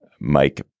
Mike